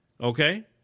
Okay